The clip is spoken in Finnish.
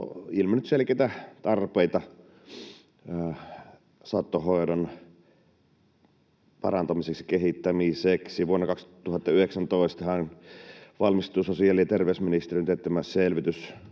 ilmennyt selkeitä tarpeita saattohoidon parantamiseksi ja kehittämiseksi. Vuonna 2019:han valmistui sosiaali- ja terveysministeriön teettämä selvitys